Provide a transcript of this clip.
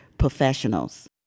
professionals